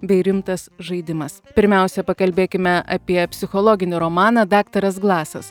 bei rimtas žaidimas pirmiausia pakalbėkime apie psichologinį romaną daktaras glasas